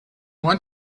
want